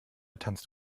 tanzt